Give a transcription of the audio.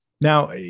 Now